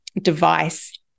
device